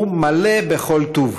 הוא מלא בכל טוב.